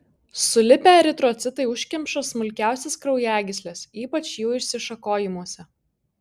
sulipę eritrocitai užkemša smulkiausias kraujagysles ypač jų išsišakojimuose